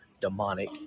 demonic